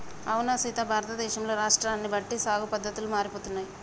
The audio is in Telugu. అవునా సీత భారతదేశంలో రాష్ట్రాన్ని బట్టి సాగు పద్దతులు మారిపోతున్నాయి